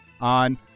on